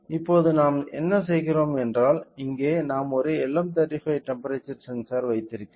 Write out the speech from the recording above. இப்போது நாம் என்ன செய்கிறோம் என்றால் இங்கே நாம் ஒரு LM35 டெம்ப்பெரேச்சர் சென்சார் வைத்திருக்கிறோம்